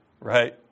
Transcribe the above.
right